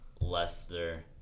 Lester